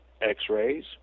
x-rays